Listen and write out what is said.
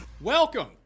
welcome